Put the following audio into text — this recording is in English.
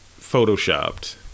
photoshopped